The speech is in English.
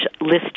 list